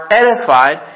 edified